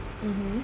mmhmm